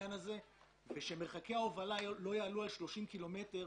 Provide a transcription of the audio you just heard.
לעניין הפריסה הגיאוגרפית כך שמרחקי ההובלה לא יעלו על 30 קילומטר,